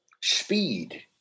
speed